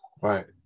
Right